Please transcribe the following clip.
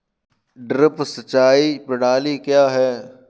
Drip सिंचाई प्रणाली क्या है?